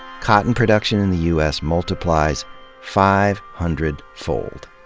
cotton production in the u s. multiplies five hundred fold,